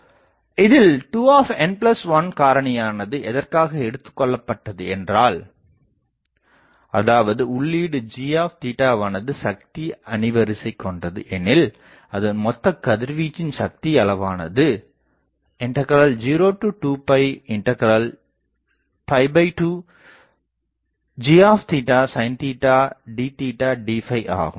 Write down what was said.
இதில் 2n1 காரணியானது எதற்காக எடுத்துக்கொள்ளப்பட்டது என்றால் அதாவது உள்ளீடு gவானது சக்தி அணிவரிசை கொண்டது எனில் அதன் மொத்த கதிர்வீச்சின் சக்தி அளவானது 0202g sin d d ஆகும்